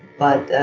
but